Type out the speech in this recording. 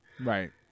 Right